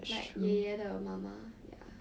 like 爷爷的妈妈 ya